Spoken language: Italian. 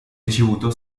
ricevuto